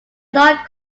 not